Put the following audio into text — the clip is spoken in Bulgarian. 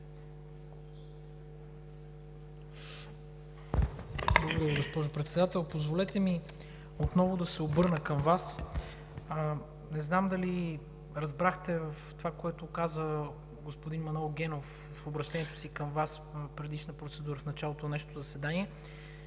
Ви, госпожо Председател. Позволете ми отново да се обърна към Вас: не знам дали разбрахте това, което каза господин Манол Генов в обръщението си към Вас в предишна процедура, в началото на днешното заседание,